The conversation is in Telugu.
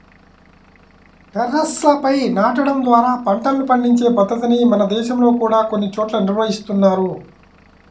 టెర్రస్లపై నాటడం ద్వారా పంటలను పండించే పద్ధతిని మన దేశంలో కూడా కొన్ని చోట్ల నిర్వహిస్తున్నారు